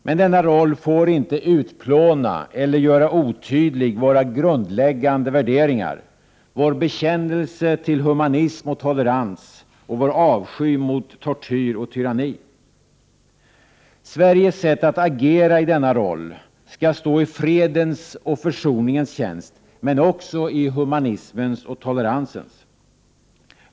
Men denna roll får inte utplåna eller otydliggöra våra grundläggande värderingar, vår bekännelse till humanism och tolerans och vår avsky mot tortyr och tyranni. Sveriges sätt att agera i denna roll skall stå i fredens och försoningens tjänst men också i humanismens och toleransens.